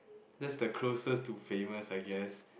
that's the closest to famous I guess